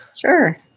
Sure